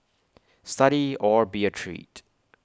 study or be A treat